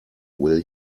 will